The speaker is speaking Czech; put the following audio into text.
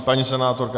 Paní senátorka.